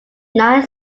nine